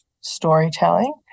storytelling